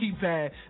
keypad